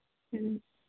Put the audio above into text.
ᱦᱮᱸ